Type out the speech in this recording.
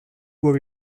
were